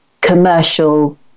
commercial